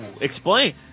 explain